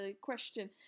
question